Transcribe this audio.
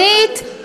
נכון.